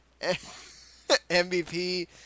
MVP